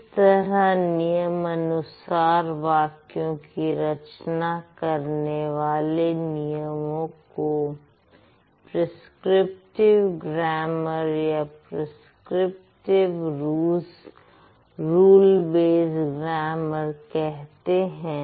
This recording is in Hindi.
इस तरह नियम अनुसार वाक्यों की रचना कराने वाले नियमों को प्रिसक्रिप्टिव ग्रामर या प्रिसक्रिप्टिव रूल बेस्ड ग्रामर कहते हैं